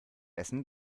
essen